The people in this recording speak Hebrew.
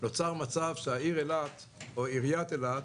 שהעיר אילת או עיריית אילת